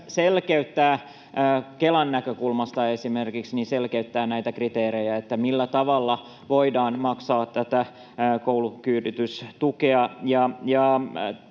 Tämä esimerkiksi Kelan näkökulmasta myös selkeyttää näitä kriteerejä, millä tavalla voidaan maksaa tätä koulukyyditystukea,